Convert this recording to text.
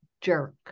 jerk